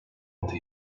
altı